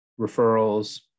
referrals